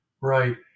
right